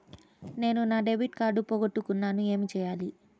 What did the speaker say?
నేను నా debit card పోగొట్టుకున్నాను ఏమి చేయాలి?